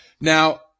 Now